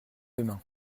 demain